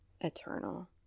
eternal